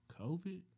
COVID